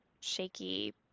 shaky